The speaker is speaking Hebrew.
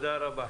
תודה רבה.